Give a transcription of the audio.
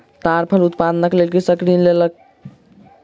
ताड़ फल उत्पादनक लेल कृषक ऋण लय लेलक